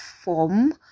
form